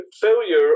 failure